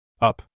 Up